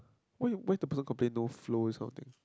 why why the blood complain no flow resulting